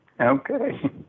Okay